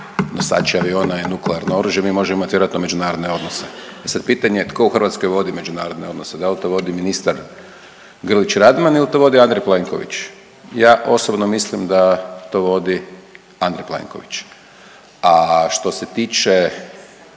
nosače aviona i nuklearno oružje, mi možemo imati vjerojatno međunarodne odnose. E sad pitanje je tko u Hrvatskoj vodi međunarodne odnose? Da li to vodi ministar Grlić Radman ili to vodi Andrej Plenković? Ja osobno mislim da to vodi Andrej Plenković. A što se tiče